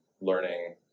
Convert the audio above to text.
Learning